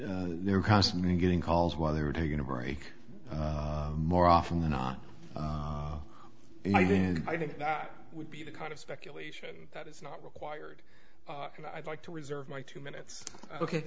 that they're constantly getting calls while they were taking a break more often than not i did and i think that would be the kind of speculation that is not required and i'd like to reserve my two minutes ok